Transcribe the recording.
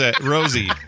Rosie